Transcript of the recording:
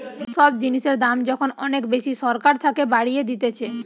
সব জিনিসের দাম যখন অনেক বেশি সরকার থাকে বাড়িয়ে দিতেছে